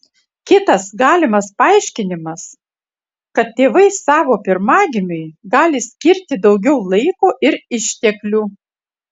kitas galima paaiškinimas kad tėvai savo pirmagimiui gali skirti daugiau laiko ir išteklių